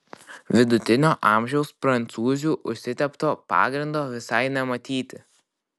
vidutinio amžiaus prancūzių užsitepto pagrindo visai nematyti